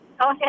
okay